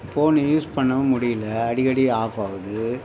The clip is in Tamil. போனு யூஸ் பண்ணவும் முடியல அடிக்கடிக்கு ஆஃப் ஆகுது